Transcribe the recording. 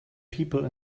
people